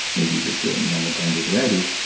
maybe you just do it in a normal grinder the way i do,